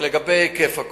לגבי היקף הכוח,